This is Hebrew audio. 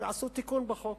ועשו תיקון בחוק,